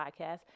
podcast